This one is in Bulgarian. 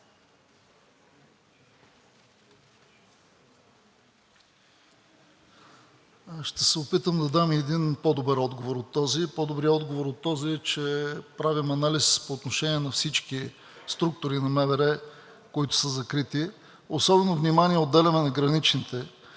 Ще се опитам да дам и един по-добър отговор от този. По-добрият отговор от този е, че правим анализ по отношение на всички структури на МВР, които са закрити. Особено внимание отделяме на граничните,